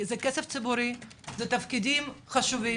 זה כסף ציבורי, אלה תפקידים חשובים.